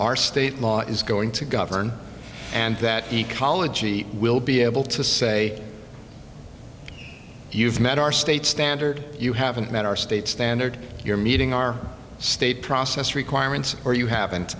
our state law is going to govern and that ecology will be able to say you've met our state's standard you haven't met our state's standard you're meeting our state process requirements or you have